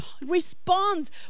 responds